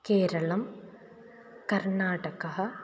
केरळं कर्नाटकः